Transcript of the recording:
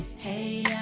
Hey